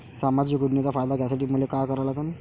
सामाजिक योजनेचा फायदा घ्यासाठी मले काय लागन?